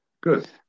Good